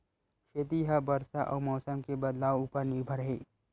खेती हा बरसा अउ मौसम के बदलाव उपर निर्भर हे